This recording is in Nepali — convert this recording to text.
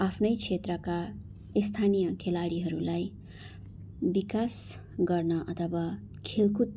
आफ्नै क्षेत्रका स्थानीय खेलाडीहरूलाई विकास गर्न अथवा खेदकुद